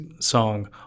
song